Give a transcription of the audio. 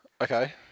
Okay